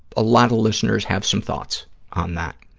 a lot of listeners have some thoughts on that.